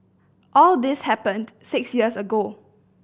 all this happened six years ago